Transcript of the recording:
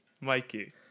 Mikey